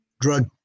drug